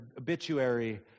obituary